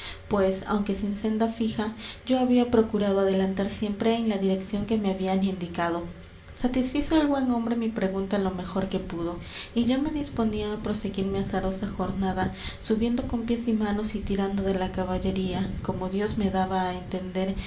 pues aunque sin senda fija yo había procurado adelantar siempre en la dirección que me habían indicado satisfizo el buen hombre mi pregunta lo mejor que pudo y ya me disponía á proseguir mi azarosa jornada subiendo con pies y manos y tirando de la caballería como dios me daba á entender